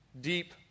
deep